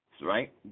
right